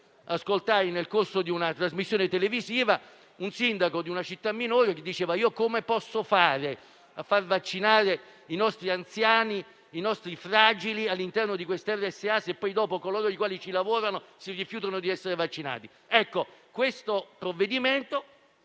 ascoltato, nel corso di una trasmissione televisiva, un sindaco di una città minore che si chiedeva come potesse far vaccinare gli anziani e i fragili all'interno di una RSA, se coloro i quali ci lavorano si rifiutano di essere vaccinati.